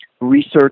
research